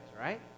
right